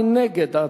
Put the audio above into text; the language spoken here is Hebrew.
מי נגד?